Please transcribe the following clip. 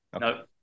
No